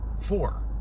four